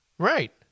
Right